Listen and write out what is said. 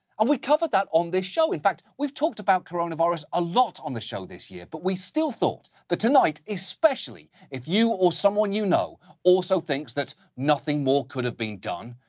and we covered that on this show. in fact, we've talked about coronavirus a lot on the show this year, but we still thought that tonight, especially if you or someone you know also thinks that nothing more could have been done,